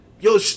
yo